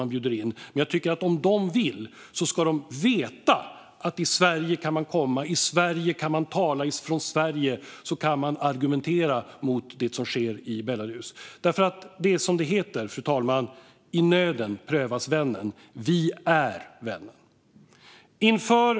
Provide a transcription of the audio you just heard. Men de ska veta att till Sverige kan man komma om man vill, i Sverige kan man tala och från Sverige kan man argumentera mot det som sker i Belarus. Det heter: I nöden prövas vännen. Vi är vännen, fru talman.